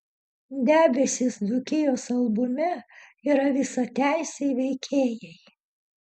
debesys dzūkijos albume yra visateisiai veikėjai